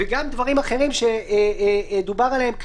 וגם דברים אחרים שדובר עליהם,